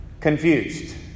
confused